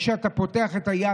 כשאתה פותח את היד,